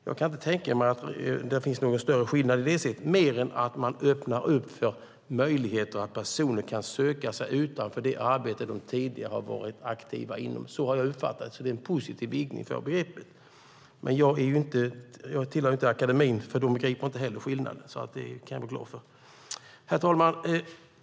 Jag kan inte tänka mig att det finns någon större skillnad, mer än att man öppnar upp för möjligheten att personer kan söka sig utanför det arbete de tidigare har varit aktiva inom. Så har jag uppfattat det, så det är en positiv vidgning av begreppet. Men jag tillhör inte Akademien. De begriper inte heller skillnaden, så det kan jag vara glad för. Herr talman!